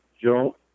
Joe